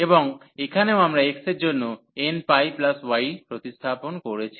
এবং এখানেও আমরা x এর জন্য nπy প্রতিস্থাপন করেছি